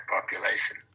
population